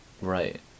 Right